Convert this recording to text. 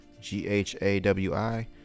G-H-A-W-I